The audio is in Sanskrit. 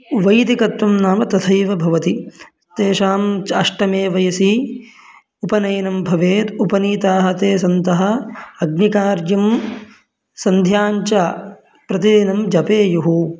वैदिकत्वं नाम तथैव भवति तेषां च अष्टमे वयसि उपनयनं भवेत् उपनीताः ते सन्तः अग्निकार्यं सन्ध्याञ्च प्रतिदिनं जपेयुः